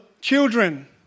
children